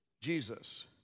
Jesus